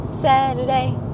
Saturday